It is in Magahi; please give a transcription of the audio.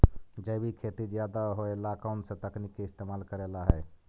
जैविक खेती ज्यादा होये ला कौन से तकनीक के इस्तेमाल करेला हई?